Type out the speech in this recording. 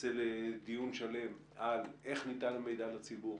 נצא לדיון שלם על איך ניתן המידע לציבור,